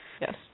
Yes